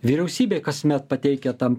vyriausybė kasmet pateikia tam